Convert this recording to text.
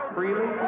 Freely